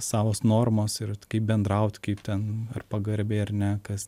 savos normos ir kaip bendrauti kaip ten ar pagarbiai ar ne kas